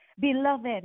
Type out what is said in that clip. Beloved